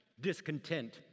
discontent